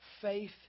Faith